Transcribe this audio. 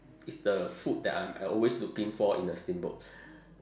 is the food that I'm I always looking for in a steamboat